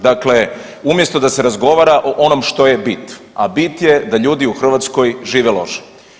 Dakle, umjesto da se razgovara o onome što je bit, a bit je da ljudi u Hrvatskoj žive loše.